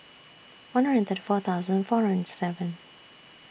one hundred and thirty four thousand four hundred and seven